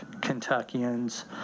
Kentuckians